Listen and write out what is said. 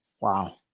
Wow